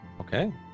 Okay